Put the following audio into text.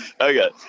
Okay